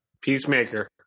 Peacemaker